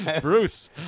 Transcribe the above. Bruce